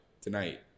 tonight